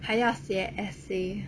还要写 essay